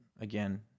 again